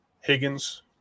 Higgins